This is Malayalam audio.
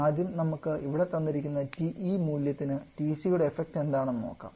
ആദ്യം നമുക്ക് ഇവിടെ തന്നിരിക്കുന്ന TE മൂല്യത്തിന് TC യുടെ എഫക്റ്റ് എന്താണെന്ന് നോക്കാം